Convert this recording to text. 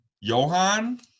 Johan